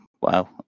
wow